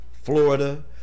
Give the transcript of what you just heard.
Florida